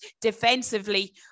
defensively